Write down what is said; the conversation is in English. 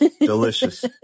Delicious